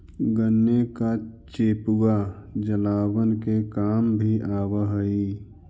गन्ने का चेपुआ जलावन के काम भी आवा हई